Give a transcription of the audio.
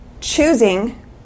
choosing